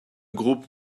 groupe